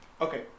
Okay